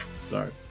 Sorry